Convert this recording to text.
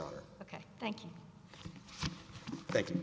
are ok thank you thank you